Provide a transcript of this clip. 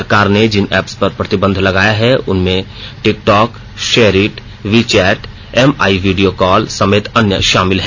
सरकार ने जिन एप्स पर प्रतिबंध लगाया है उनमें TikTok SHAREit WeChat Mi video call समेत अन्य शामिल हैं